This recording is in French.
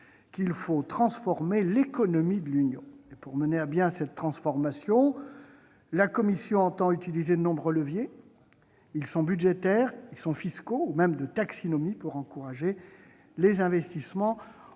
qu'il faut « transformer l'économie de l'Union ». Pour mener à bien cette transformation, la Commission entend utiliser de nombreux leviers, que ceux-ci soient budgétaires, fiscaux ou même taxonomiques, pour encourager les investissements